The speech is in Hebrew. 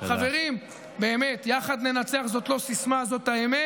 חברים, באמת, "יחד ננצח" זאת לא סיסמה, זאת האמת.